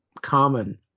common